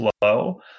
flow